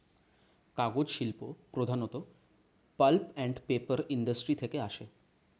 কাগজ শিল্প প্রধানত পাল্প অ্যান্ড পেপার ইন্ডাস্ট্রি থেকে আসে